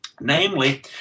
namely